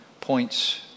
points